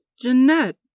Jeanette